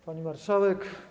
Pani Marszałek!